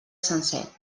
sencer